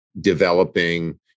developing